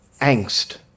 angst